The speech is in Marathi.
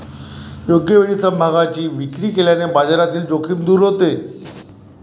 योग्य वेळी समभागांची विक्री केल्याने बाजारातील जोखीम दूर होते